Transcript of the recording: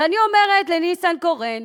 ואני אומרת לניסנקורן: